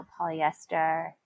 polyester